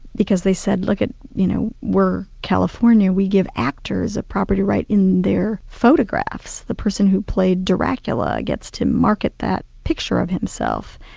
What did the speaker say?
because they said, look, ah you know we're california, we give actors a property right in their photographs the person who played dracula gets to market that picture of himself.